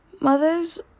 Mothers